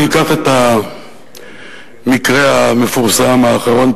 אני אקח את המקרה המפורסם האחרון,